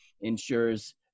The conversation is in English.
ensures